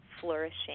flourishing